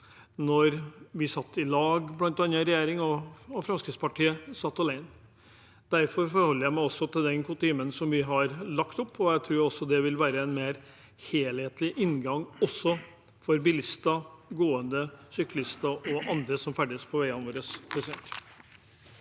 bl.a. satt sammen i regjering, og da Fremskrittspartiet satt alene. Derfor forholder jeg meg til den kutymen som vi har lagt opp til, og jeg tror også det vil være en mer helhetlig inngang for bilister, gående, syklister og andre som ferdes på veiene våre.